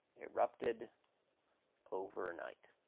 erupted overnight.